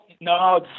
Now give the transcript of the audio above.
No